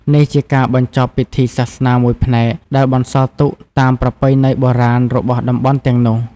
នេះជាការបញ្ចប់ពិធីសាសនាមួយផ្នែក ដែលបន្សល់ទុកតាមប្រពៃណីបុរាណរបស់តំបន់ទាំងនោះ។